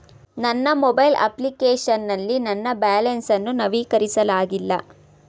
ನನ್ನ mobile application ನಲ್ಲಿ ನನ್ನ ಬ್ಯಾಲೆನ್ಸ್ ಅನ್ನು ನವೀಕರಿಸಲಾಗಿಲ್ಲ